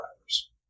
Drivers